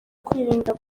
kwirinda